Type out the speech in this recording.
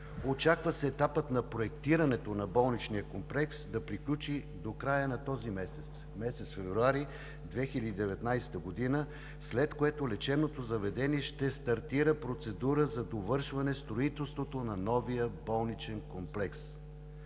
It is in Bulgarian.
Очаква се етапът на проектирането на болничния комплекс да приключи до края на този месец – месец февруари 2019 г., след което лечебното заведение ще стартира процедура за довършване строителството на новия болничен комплекс.